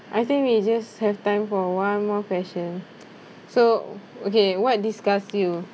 I think we just have time for one more question so okay what disgust you